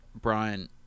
Brian